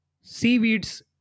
seaweeds